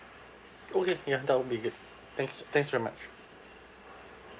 okay ya that would be good thanks thanks very much